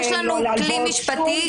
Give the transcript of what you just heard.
יש לנו כלי משפטי.